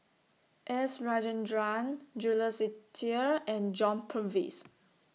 S Rajendran Jules Itier and John Purvis